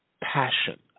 passion